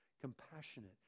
compassionate